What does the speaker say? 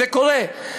זה קורה,